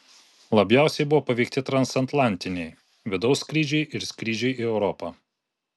labiausiai buvo paveikti transatlantiniai vidaus skrydžiai ir skrydžiai į europą